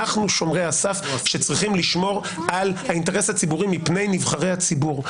אנחנו שומרי הסף שצריכים לשמור על האינטרס הציבורי מפני נבחרי הציבור,